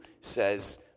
says